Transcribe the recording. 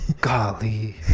golly